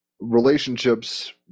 Relationships